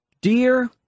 Dear